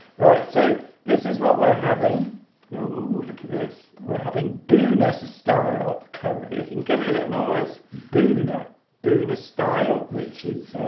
right so this is what we're having look at this we're having buna style curry if you can give it a bit more else buna buna style which is